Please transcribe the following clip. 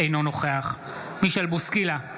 אינו נוכח מישל בוסקילה,